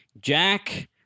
Jack